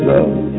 Love